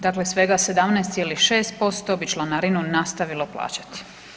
Dakle, svega 17,6% bi članarinu nastavilo plaćati.